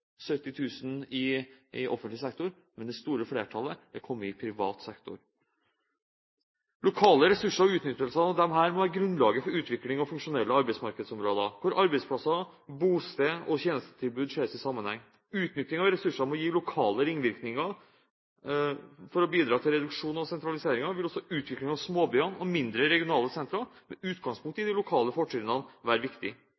70 000 i offentlig sektor, men det store flertallet er kommet i privat sektor. Lokale ressurser og utnyttelse av dem må være grunnlaget for utvikling av funksjonelle arbeidsmarkedsområder, hvor arbeidsplasser, bosted og tjenestetilbud ses i sammenheng. Utnytting av ressurser må gi lokale ringvirkninger. For å bidra til reduksjon av sentraliseringen vil også utvikling av småbyer og mindre regionale sentre – med utgangspunkt i de lokale fortrinnene – være viktig.